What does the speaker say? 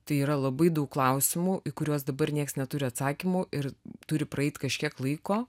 tai yra labai daug klausimų į kuriuos dabar nieks neturi atsakymų ir turi praeit kažkiek laiko